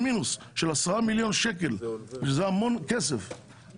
מינוס של 10 מיליון שקלים שזה המון כסף.